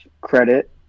credit